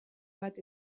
bat